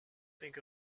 think